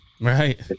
Right